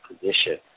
position